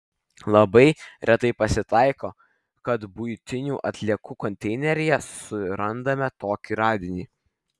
labai retai pasitaiko kad buitinių atliekų konteineryje surandame tokį radinį